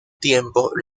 tiempo